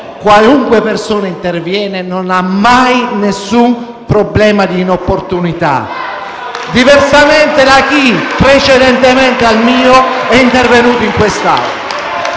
qualunque persona intervenga, non ha mai nessun problema di inopportunità, diversamente da chi, precedentemente, è intervenuto in quest'Aula.